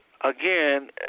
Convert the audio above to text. Again